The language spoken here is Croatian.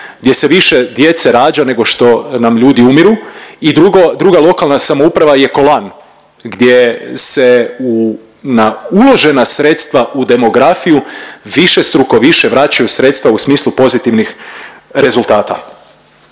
gdje se više djece rađa nego što nam ljudi umiru i drugo, draga lokalna samouprava je Kolan gdje se u, na uložena sredstva u demografiju višestruko više vraćaju sredstva u smislu pozitivnih rezultata.